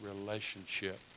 relationship